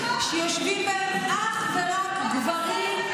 שיושבים בהם אך ורק גברים,